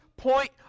Point